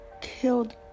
killed